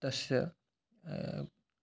तस्य